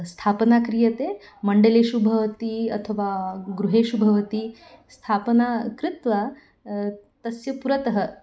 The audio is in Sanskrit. स्थापना क्रियते मण्डलेषु भवति अथवा गृहेषु भवति स्थापना कृत्वा तस्य पुरतः